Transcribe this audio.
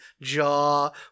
jaw